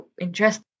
interest